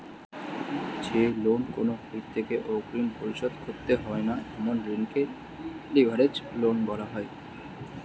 যে লোন কোনো ব্যাক্তিকে অগ্রিম পরিশোধ করতে হয় না এমন ঋণকে লিভারেজড লোন বলা হয়